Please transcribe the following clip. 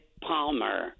Palmer